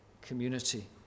community